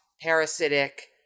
parasitic